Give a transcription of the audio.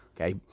okay